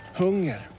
hunger